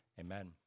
Amen